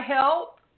help